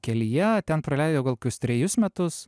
kelyje ten praleidau gal kokius trejus metus